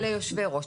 על יושבי הראש.